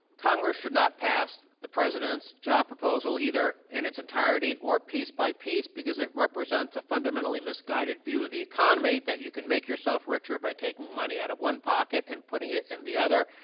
congress should not pass the president's job proposal either in its entirety or piece by piece because it represents a fundamentally misguided view of the economy, that you can make yourself richer by taking money out of one pocket and putting it in and the other.